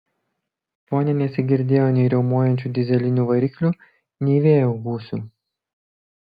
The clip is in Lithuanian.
fone nesigirdėjo nei riaumojančių dyzelinių variklių nei vėjo gūsių